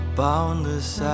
boundless